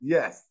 Yes